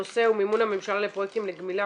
הנושא הוא מימון הממשלה לפרויקטים לגמילה